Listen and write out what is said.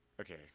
okay